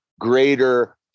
greater